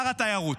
שר התיירות?